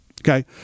okay